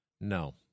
No